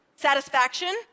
satisfaction